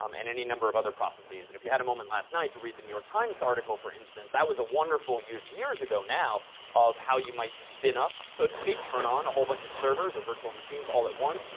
um and any number of other processes. and if you had a moment last night to read the new york times article, for instance, that was a wonderful use years ago now of how you might spin up, so to speak, turn on a whole bunch of servers or virtual machines all at once,